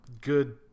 good